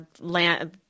land